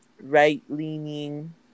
right-leaning